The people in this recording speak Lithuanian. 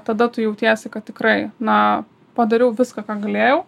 tada tu jautiesi kad tikrai na padariau viską ką galėjau